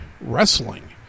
wrestling